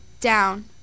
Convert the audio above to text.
down